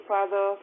Father